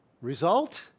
result